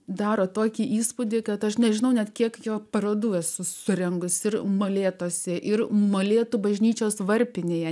daro tokį įspūdį kad aš nežinau net kiek jo parodų esu surengusi ir molėtuose ir molėtų bažnyčios varpinėje